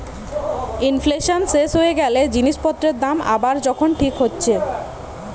inflation শেষ হয়ে গ্যালে জিনিস পত্রের দাম আবার যখন ঠিক হচ্ছে